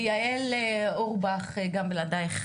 ויעל אורבך, גם בלעדיך